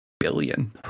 Billion